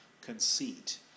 conceit